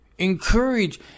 encourage